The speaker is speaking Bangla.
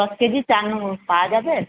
দশ কেজি চাল নেব পাওয়া যাবে